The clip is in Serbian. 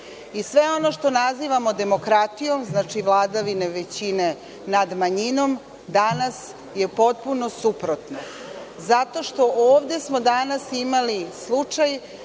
Sve ono što nazivamo demokratijom, znači vladavine većine nad manjinom, danas je potpuno suprotno, zato što smo ovde danas imali slučaj